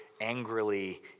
angrily